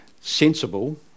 sensible